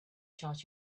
charge